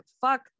fuck